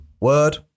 Word